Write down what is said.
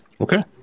Okay